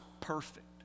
perfect